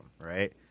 right